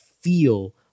feel